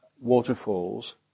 waterfalls